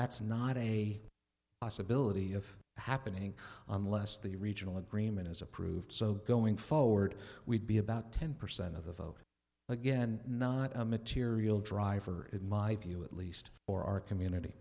that's not a possibility of happening unless the regional agreement is approved so going forward we'd be about ten percent of the vote again not a material driver in my view at least for our community